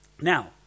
Now